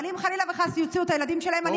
אבל אם, חלילה וחס, יוציאו את הילדים שלהם, אורלי.